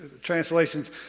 translations